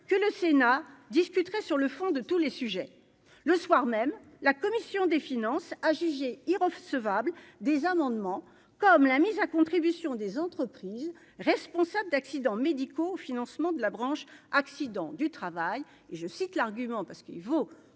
que le Sénat disputerait sur le fond de tous les sujets, le soir même, la commission des finances, a jugé irrecevable des amendements, comme la mise à contribution des entreprises responsables d'accidents médicaux au financement de la branche accidents du travail et je cite l'argument parce qu'il vaut